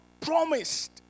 promised